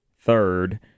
third